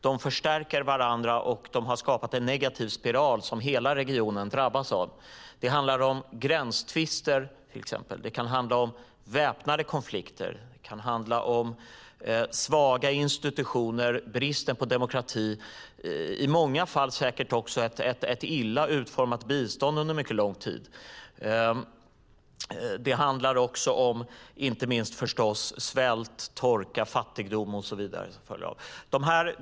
De förstärker varandra, och de har skapat en negativ spiral som hela regionen drabbas av. Det handlar om gränstvister, till exempel. Det kan handla om väpnade konflikter. Det kan handla om svaga institutioner, bristen på demokrati och i många fall säkert också ett illa utformat bistånd under mycket lång tid. Det handlar förstås inte minst även om svält, torka, fattigdom och så vidare.